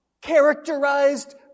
characterized